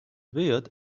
weird